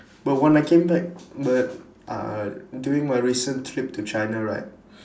but when I came back but uh during my recent trip to china right